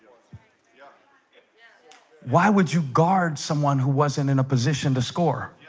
yeah why would you guard someone who wasn't in a position to score